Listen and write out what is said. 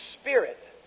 spirit